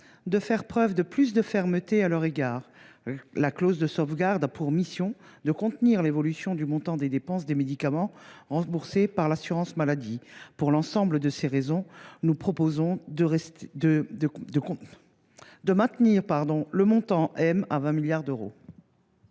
de faire preuve de plus de fermeté à leur égard. La clause de sauvegarde a pour mission de contenir l’évolution du montant des dépenses de médicaments remboursés par l’assurance maladie. Pour l’ensemble de ces raisons, nous proposons de maintenir le montant M à 20 milliards d’euros.